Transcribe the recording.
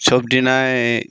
চব দিনাই